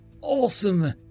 awesome